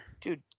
dude